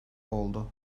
oldu